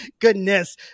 goodness